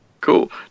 Cool